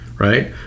Right